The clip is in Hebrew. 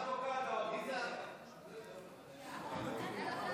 שירה בציבור זה זמנים אחרים.